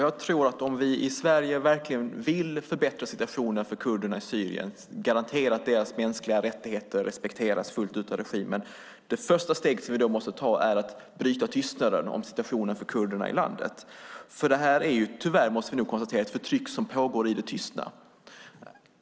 Herr talman! Om vi verkligen vill förbättra situationen för kurderna i Syrien och garantera att deras mänskliga rättigheter respekteras fullt ut av regimen är det första steg vi måste ta att bryta tystnaden. Det är ett förtryck som pågår i det tysta.